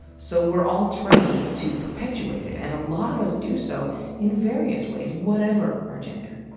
so we're all trained to perpetuate it, and a lot of us do so in various ways, whatever our gender.